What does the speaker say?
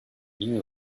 knew